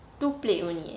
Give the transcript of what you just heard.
two plate only eh